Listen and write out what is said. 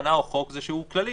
תקנה או חוק זה שהוא כללי,